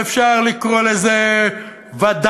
ואפשר לקרוא לזה וד"לים,